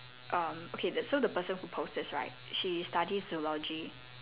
um okay the so the person who post this right she study zoology